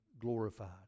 glorified